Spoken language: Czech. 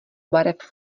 barev